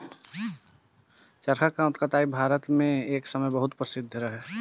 चरखा कताई भारत मे एक समय बहुत प्रसिद्ध रहे